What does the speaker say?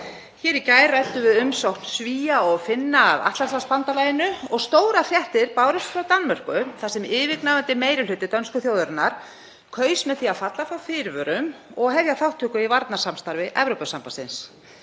Hér í gær ræddum við umsókn Svía og Finna að Atlantshafsbandalaginu og stórar fréttir bárust frá Danmörku þar sem yfirgnæfandi meiri hluti dönsku þjóðarinnar kaus með því að falla frá fyrirvörum og hefja þátttöku í varnarsamstarfi Evrópusambandsins.